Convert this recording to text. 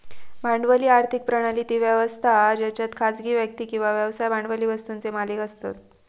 भांडवली आर्थिक प्रणाली ती व्यवस्था हा जेच्यात खासगी व्यक्ती किंवा व्यवसाय भांडवली वस्तुंचे मालिक असतत